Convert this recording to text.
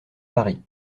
paris